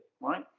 right